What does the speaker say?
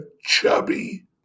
chubby